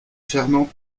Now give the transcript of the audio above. fernand